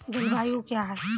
जलवायु क्या है?